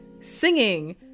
singing